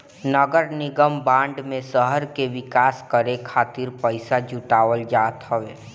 नगरनिगम बांड में शहर के विकास करे खातिर पईसा जुटावल जात हवे